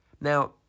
Now